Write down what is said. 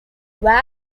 where